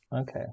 Okay